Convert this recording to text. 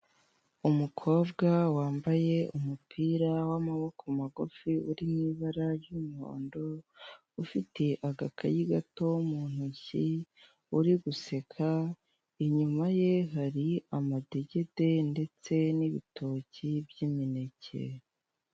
Umukobwa wambaye umupira w'amaboko magufi, uri mu ibara ry'umuhondo, ufite agakayi gato mu ntoki, uri guseka, inyuma ye hari amadegete ndetse n'ibitoki by'imineke.